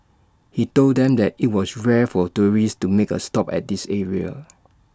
he told them that IT was rare for tourists to make A stop at this area